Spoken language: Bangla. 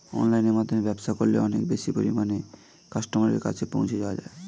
অনলাইনের মাধ্যমে ব্যবসা করলে অনেক বেশি পরিমাণে কাস্টমারের কাছে পৌঁছে যাওয়া যায়?